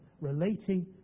relating